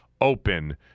open